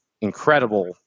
incredible